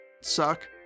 suck